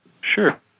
Sure